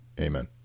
Amen